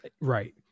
Right